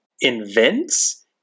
invents